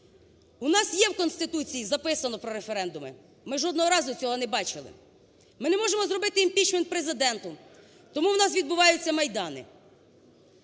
У нас є в Конституції, записано про референдуми, ми жодного разу цього не бачили. Ми не можемо зробити імпічмент Президенту, тому у нас відбуваються Майдани.